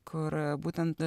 kur būtent